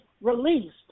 released